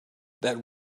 that